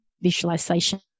visualization